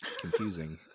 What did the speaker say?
confusing